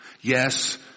Yes